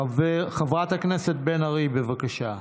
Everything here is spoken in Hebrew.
חברת הכנסת בן ארי, בבקשה.